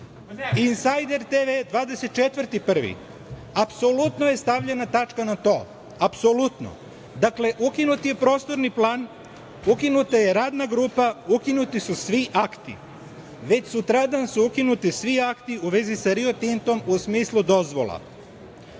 januar - Apsolutno je stavljena tačka na to, dakle, ukinut je prostorni plan, ukinuta je radna grupa, ukinuti su svi akti. Već sutradan su ukinuti svi akti u vezi sa Rio Tintom u smislu dozvola.